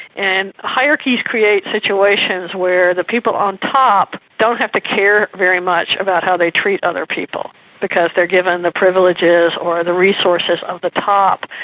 and hierarchies create situations where the people on top don't have to care very much about how they treat other people because they are given the privileges or the resources of the top,